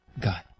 God